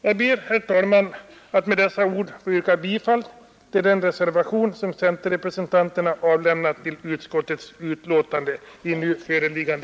Jag ber, herr talman, att med det anförda få yrka bifall till den reservation som centerledamöterna i utskottet har fogat till utskottets betänkande.